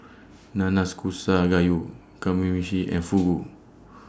Nanakusa Gayu Kamameshi and Fugu